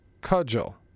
Cudgel